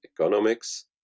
economics